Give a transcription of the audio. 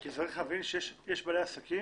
צריך להבין שיש בעלי עסקים